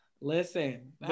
Listen